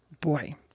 boy